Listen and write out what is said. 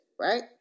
Right